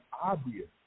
obvious